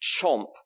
chomp